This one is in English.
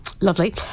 Lovely